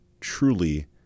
truly